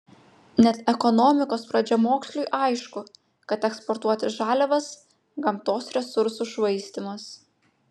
net ekonomikos pradžiamoksliui aišku kad eksportuoti žaliavas gamtos resursų švaistymas